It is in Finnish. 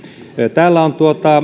täällä on